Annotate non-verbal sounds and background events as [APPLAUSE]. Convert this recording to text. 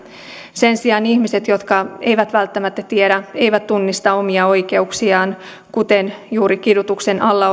sen sijaan ihmiset jotka eivät välttämättä tiedä eivät tunnista omia oikeuksiaan kuten esimerkiksi juuri kidutuksen alla [UNINTELLIGIBLE]